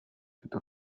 toutes